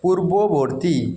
পূর্ববর্তী